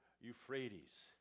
Euphrates